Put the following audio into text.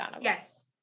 Yes